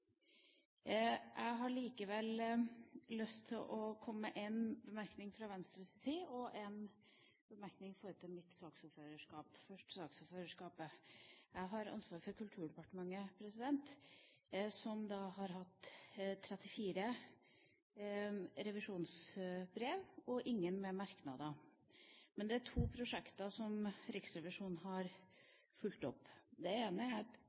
Jeg har likevel lyst til å komme med en bemerkning fra Venstres side og en bemerkning i forbindelse med mitt saksordførerskap. Først saksordførerskapet: Jeg har ansvar for Kulturdepartementet, som har hatt 34 revisjonsbrev og ingen med merknader. Men det er to prosjekter som Riksrevisjonen har fulgt opp.